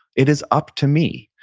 it is up to me.